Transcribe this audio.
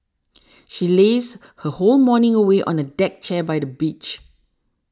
she lazed her whole morning away on a deck chair by the beach